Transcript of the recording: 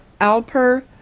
Alper